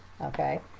okay